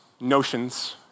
notions